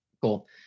Cool